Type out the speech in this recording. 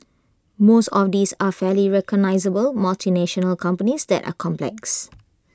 most of these are fairly recognisable multinational companies that are complex